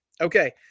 Okay